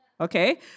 okay